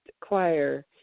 choir